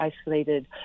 isolated